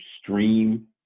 stream